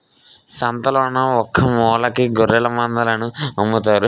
సంతలోన ఒకమూలకి గొఱ్ఱెలమందలను అమ్ముతారు